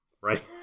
Right